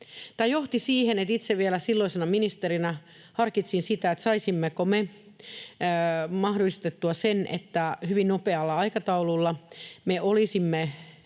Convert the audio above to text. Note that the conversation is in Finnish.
Tämä johti siihen, että itse vielä silloisena ministerinä harkitsin, saisimmeko me mahdollistettua sen, että hyvin nopealla aikataululla me olisimme